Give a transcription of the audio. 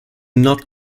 not